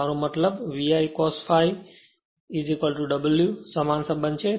મારો મતલબ Vi cos ∅ W સમાન સંબંધ છે